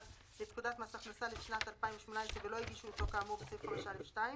לפקודת מס הכנסה לשנת 2018 ולא הגישו אותו כאמור בסעיף 5(א)(2),